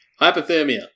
Hypothermia